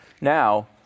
Now